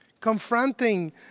confronting